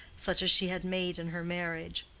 such as she had made in her marriage.